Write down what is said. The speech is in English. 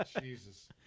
Jesus